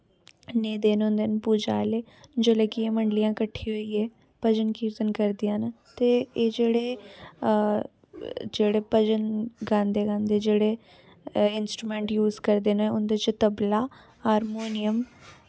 दिन होंदे न पूजा आह्ले जिसलै कि मंडलियां कट्ठियां होईये भजन कीर्तन करदियां न ते एह् जेह्ड़े जेह्ड़े भजन गांदे गांदे जेह्ड़े इंसूमैंट जूस करदे न उंदे च तबला हारमोनिंयम